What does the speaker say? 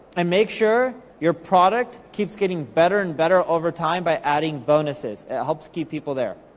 and make sure your product keeps getting better and better over time by adding bonuses. it helps keep people there.